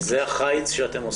זה החיץ שאתם עושים בעצם?